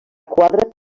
quadra